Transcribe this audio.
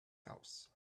house